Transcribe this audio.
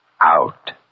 Out